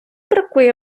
бракує